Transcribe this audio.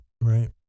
Right